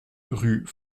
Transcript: rue